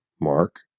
Mark